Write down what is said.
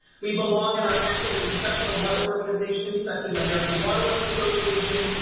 we belong and are active in professional water organizations such as american waterworks association,